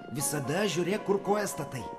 visada žiūrėk kur koją statai